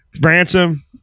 Ransom